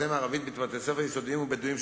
אם ערבית בבתי-ספר יסודיים ערביים ובדואיים,